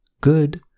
good